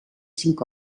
cinc